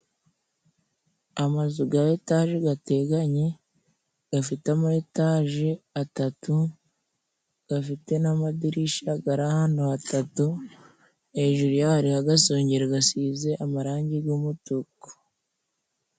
Amazu ga etaje gateganye gafite ama etaje atatu, gafite n'amadirisha gari ahantu hatatu, hejuru yayo hari agasongero gasize amarangi g' umutuku.